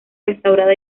restaurada